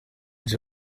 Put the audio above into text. djs